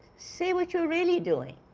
say what you're really doing.